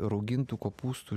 raugintų kopūstų